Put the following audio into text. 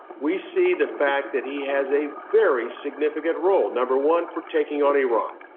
we see the fact that he has a very significant role. number one, for taking on iran,